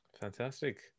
Fantastic